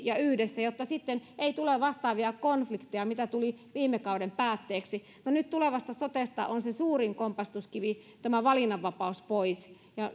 ja yhdessä jotta sitten ei tule vastaavia konflikteja mitä tuli viime kauden päätteeksi no nyt tulevasta sotesta on se suurin kompastuskivi valinnanvapaus pois ja